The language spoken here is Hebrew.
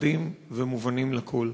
חדים ומובנים לכול.